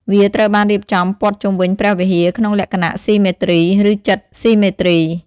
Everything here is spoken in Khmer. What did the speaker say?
វាត្រូវបានរៀបចំព័ទ្ធជុំវិញព្រះវិហារក្នុងលក្ខណៈស៊ីមេទ្រី ឬជិតស៊ីមេទ្រី។